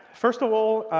first of all,